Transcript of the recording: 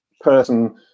person